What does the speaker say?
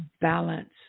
balance